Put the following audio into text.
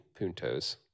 puntos